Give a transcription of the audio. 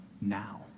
now